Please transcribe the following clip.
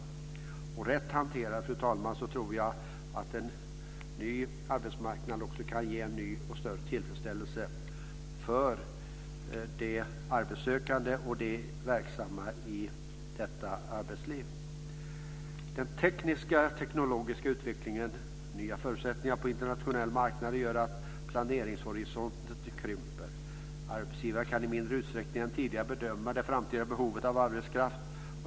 Fru talman! Jag tror att en ny arbetsmarknad rätt hanterad kan ge en ny och större tillfredsställelse för de arbetssökande och de verksamma i detta arbetsliv. Den tekniska utvecklingen och nya förutsättningar på den internationella marknaden gör att planeringshorisonten krymper. Arbetsgivare kan i mindre utsträckning än tidigare bedöma det framtida behovet av arbetskraft.